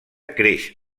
creix